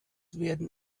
werden